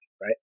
right